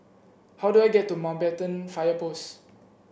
how do I get to Mountbatten Fire Post